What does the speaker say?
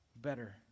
better